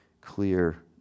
clear